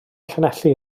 llanelli